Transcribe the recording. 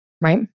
right